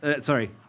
Sorry